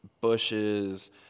bushes